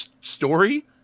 story